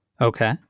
Okay